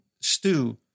stew